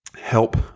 help